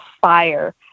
fire